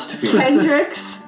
Kendrick's